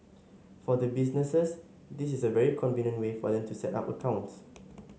for the businesses this is a very convenient way for them to set up accounts